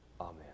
Amen